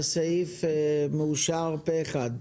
הסעיף מאושר פה אחד.